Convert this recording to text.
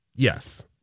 Yes